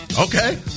Okay